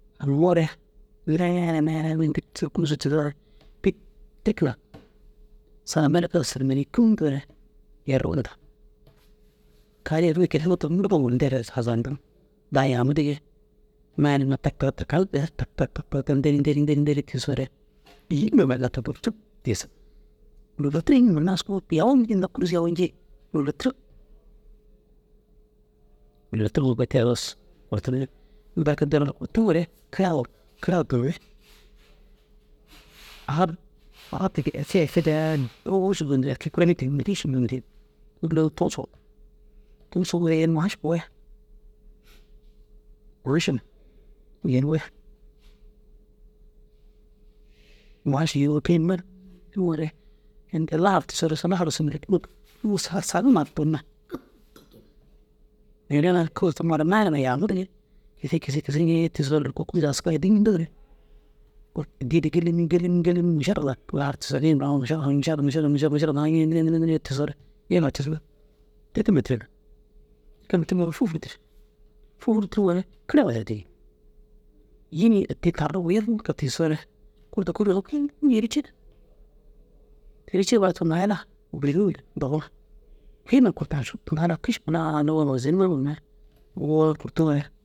Rûmore mele mele wôkid kûrsu ŋa tigisoore pit tirki nak sala berke ŋa « asalamalekum » ntoore yeru inda kai yerim kisi kilemetira murdom gor ndere saga zaandiŋ daa yami dige mele tak tak tirkani tak tak tak nderi nderi nderi nderi re tigisoore îyima askuu yaami inda kûrusu yaami tusuu maši yen uwe kišima melliŋore inda lahar tigisoore ussu lahar tigisoore ussu buu saga sarumar tun na neere na kûrsu mara nanar yami dige kisi kisi kisi kisiree tigisoore loko kûrsu askaa ŋa edindore kurte addi addi gelemi gelemi gelemi yega tigisoo tirkima tirin. Tirkima tiriŋoo fûfurdir dir fûfurtiriŋoore saga kerema duro dîn îyi ni addi tarru wôwu yalke tigisoore kûrtu kûure yen ciiye teru ciire bara tigisoo ŋaala na billu yi dogu ŋala kišima wuga gor wôzenima munume boor kurtuŋoore